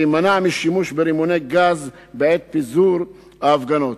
להימנע משימוש ברימוני גז בעת פיזור ההפגנות.